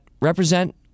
represent